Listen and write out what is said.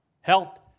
health